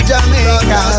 Jamaica